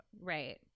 Right